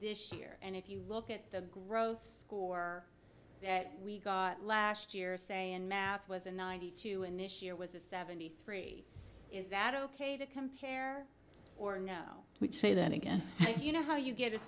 this year and if you look at the growth school for that we got last year say in math was in ninety two and this year was a seventy three is that ok to compare or no we say that again you know how you get it